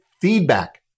feedback